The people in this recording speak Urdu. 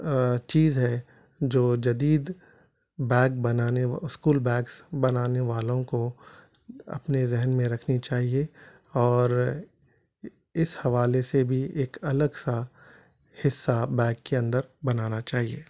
چیز ہے جو جدید بیگ بنانے و اسکول بیگس بنانے والوں کو اپنے ذہن میں رکھنی چاہیے اور اس حوالے سے بھی ایک الگ سا حصہ بیگ کے اندر بنانا چاہیے